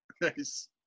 Nice